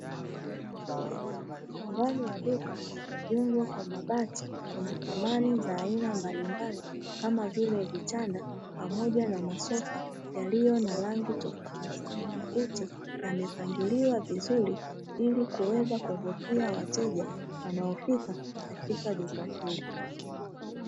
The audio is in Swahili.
Ndani ya duka lililojengwa kwa mabati kuna samani mbalimbali kama vile vitanda pamoja na masofa yaliyo na rangi tofautitofauti, yamepangiliwa vizuri, ili kuweza kuvutia wateja wanaopita katika duka hili.